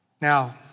Now